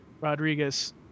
Rodriguez